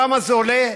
כמה זה עולה?